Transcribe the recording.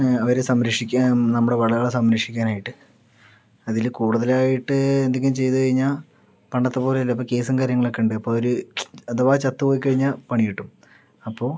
അവരെ സംരക്ഷിക്കാൻ നമ്മുടെ വിളകളെ സംരക്ഷിക്കാൻ ആയിട്ട് അതില് കൂടുതലായിട്ട് എന്തെങ്കിലും ചെയ്തുകഴിഞ്ഞാൽ പണ്ടത്തെപോലെയല്ല ഇപ്പോൾ കേസും കാര്യങ്ങളൊക്കെയുണ്ട് അപ്പോൾ അവര് അഥവാ ചത്തുപോയിക്കഴിഞ്ഞാൽ പണികിട്ടും അപ്പോൾ